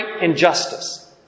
injustice